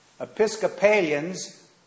Episcopalians